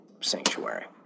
Sanctuary